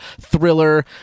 thriller